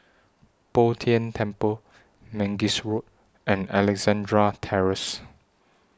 Bo Tien Temple Mangis Road and Alexandra Terrace